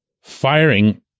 firing